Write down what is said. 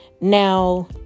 Now